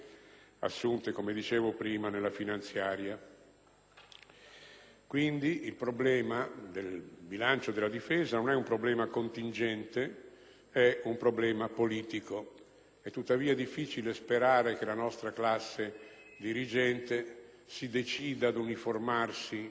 assunte nella finanziaria. Il problema del bilancio della difesa non è un problema contingente, quindi, ma è un problema politico; è tuttavia difficile sperare che la nostra classe dirigente si decida ad uniformarsi